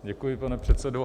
Děkuji, pane předsedo.